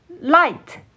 light